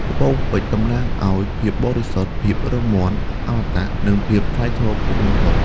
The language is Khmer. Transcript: ត្បូងពេជ្រតំណាងឱ្យ ភាពបរិសុទ្ធ ភាពរឹងមាំ អមតៈ និងភាពថ្លៃថ្នូរខ្ពស់បំផុត។